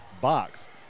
box